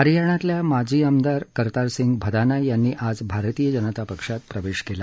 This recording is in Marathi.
हरियाणातल्या माजी आमदार कर्तारसिंग भदाना यांनी आज भारतीय जनता पक्षात प्रवेश केला